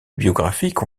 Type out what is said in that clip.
biographiques